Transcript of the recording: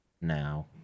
now